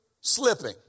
slipping